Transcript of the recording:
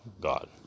God